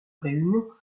réunions